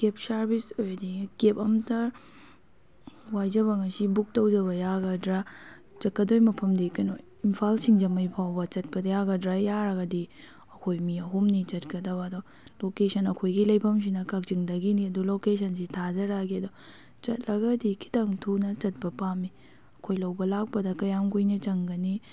ꯀꯦꯕ service ꯑꯣꯏꯔꯗꯤ cab ꯑꯃꯇ ꯋꯥꯏꯖꯕ ꯉꯁꯤ ꯕꯨꯛ ꯇꯧꯕ ꯌꯥꯒꯗ꯭ꯔꯥ ꯆꯠꯀꯗꯣꯏ ꯃꯐꯝꯗꯤ ꯀꯩꯅꯣ ꯏꯝꯐꯥꯜ ꯁꯤꯡꯖꯃꯩ ꯐꯥꯎꯕ ꯆꯠꯄꯗ ꯌꯥꯒꯗ꯭ꯔꯥ ꯌꯥꯔꯒꯗꯤ ꯑꯩꯈꯣꯏ ꯃꯤ ꯑꯍꯨꯝꯅꯤ ꯆꯠꯀꯗꯕ ꯑꯗꯣ ꯂꯣꯀꯦꯁꯟ ꯑꯩꯈꯣꯏꯒꯤ ꯂꯩꯐꯝꯁꯤꯅ ꯀꯛꯆꯤꯡꯗꯒꯤꯅꯤ ꯑꯗꯨ ꯂꯣꯀꯦꯁꯟꯁꯤ ꯊꯥꯖꯔꯛꯂꯒꯦ ꯑꯗꯣ ꯆꯠꯂꯒꯗꯤ ꯈꯤꯇꯪ ꯊꯨꯅ ꯆꯠꯄ ꯄꯥꯝꯏ ꯑꯩꯈꯣꯏ ꯂꯧꯕ ꯂꯥꯛꯄꯗ ꯀꯌꯥꯝ ꯀꯨꯏꯅ ꯆꯪꯒꯅꯤ